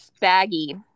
baggy